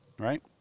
Right